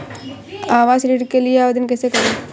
आवास ऋण के लिए आवेदन कैसे करुँ?